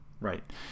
Right